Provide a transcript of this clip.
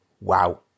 wow